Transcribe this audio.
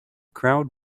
crowd